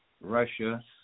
Russia